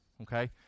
okay